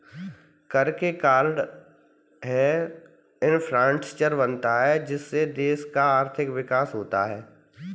कर के कारण है इंफ्रास्ट्रक्चर बनता है जिससे देश का आर्थिक विकास होता है